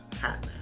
hat